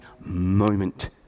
moment